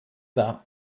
that